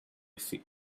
feet